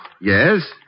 Yes